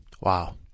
Wow